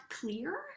clear